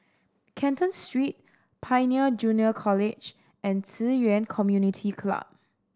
Canton Street Pioneer Junior College and Ci Yuan Community Club